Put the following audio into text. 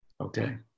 okay